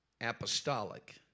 apostolic